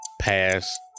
past